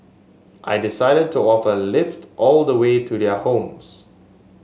I decided to offer a lift all the way to their homes